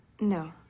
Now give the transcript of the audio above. No